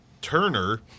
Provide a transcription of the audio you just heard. turner